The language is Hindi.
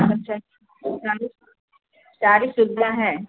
अच्छा अच्छा सारी सारी सुविधा हैं